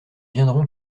viendront